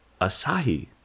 Asahi